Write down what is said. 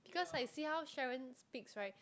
because like see how Sharon speaks right